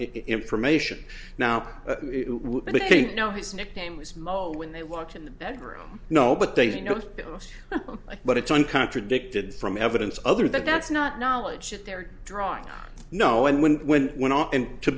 information now and i think now his nickname is mo when they watch in the bedroom no but they know but it's one contradicted from evidence other that that's not knowledge that they're drawing no and when when when and to